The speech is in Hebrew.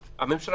לשאול?